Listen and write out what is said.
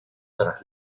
tras